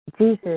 Jesus